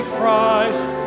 Christ